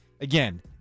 again